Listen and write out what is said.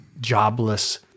jobless